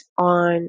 on